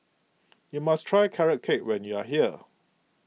you must try Carrot Cake when you are here